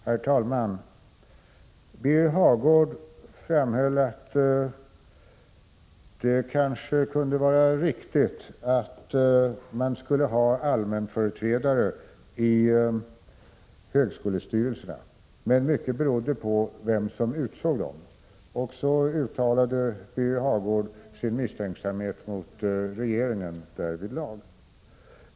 Herr talman! Birger Hagård framhöll att det kanske kunde vara riktigt att man skulle ha allmänföreträdare i högskolestyrelserna men att mycket berodde på vem som utsåg dem, och så uttalade Birger Hagård sin misstänksamhet mot regeringen därvidlag.